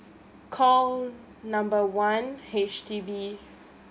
call number one H_D_B